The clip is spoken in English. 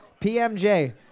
PMJ